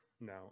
No